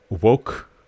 woke